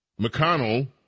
McConnell